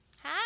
Hi